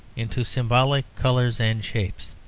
into symbolic colours and shapes.